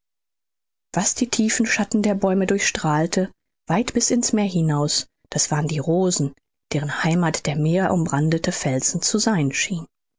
was die tiefen schatten der bäume durchstrahlte weit bis ins meer hinaus das waren die rosen deren heimath der meerumbrandete felsen zu sein schien